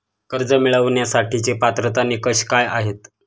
कर्ज मिळवण्यासाठीचे पात्रता निकष काय आहेत?